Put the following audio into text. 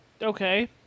Okay